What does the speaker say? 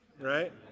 Right